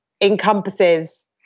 encompasses